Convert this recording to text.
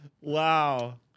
Wow